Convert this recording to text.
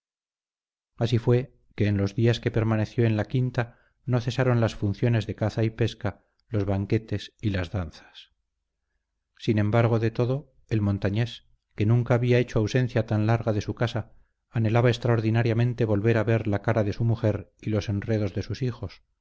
así fue que en los días que permaneció en la quinta no cesaron las funciones de caza y pesca los banquetes y las danzas sin embargo de todo el montañés que nunca había hecho ausencia tan larga de su casa anhelaba extraordinariamente volver a ver la cara de su mujer y los enredos de sus hijos